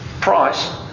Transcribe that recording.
price